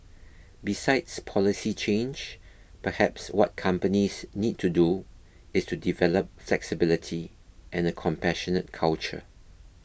besides policy change perhaps what companies need to do is to develop flexibility and a compassionate culture